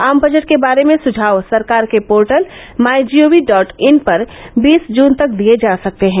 आम बजट के बारे में सुझाव सरकार के पोर्टल माईजीओवी डॉट इन पर बीस जून तक दिये जा सकते हैं